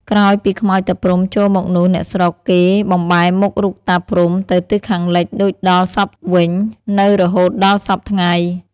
ក្រោយពីខ្មោចតាព្រហ្ម ចូលមកនោះអ្នកស្រុកគេបំបែរមុខរូបតា ព្រហ្ម ទៅទិសខាងលិចដូចដល់សព្វវិញ នៅរហូតដល់សព្វថ្ងៃ ។